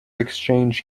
exchange